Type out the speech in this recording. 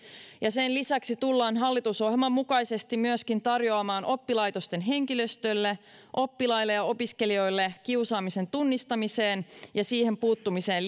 ja sen lisäksi tullaan hallitusohjelman mukaisesti myöskin tarjoamaan oppilaitosten henkilöstölle oppilaille ja opiskelijoille kiusaamisen tunnistamiseen ja siihen puuttumiseen